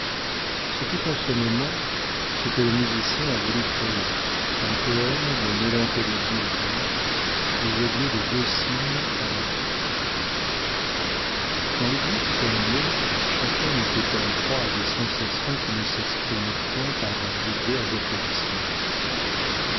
ce fut en ce moment ce que le musicien a voulu créer un poème de mélancolie divine les adieux de deux cygnes à la vie quand le duo fut terminé chacun était en proie à des sensations qui ne s'expriment point par de vulgaires applaudissements